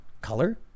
Color